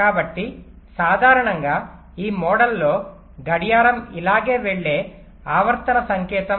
కాబట్టి సాధారణంగా ఈ మోడల్లో గడియారం ఇలాగే వెళ్ళే ఆవర్తన సంకేతం